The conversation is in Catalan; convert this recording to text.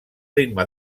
ritme